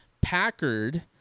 Packard